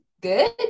good